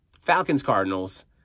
Falcons-Cardinals